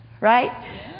Right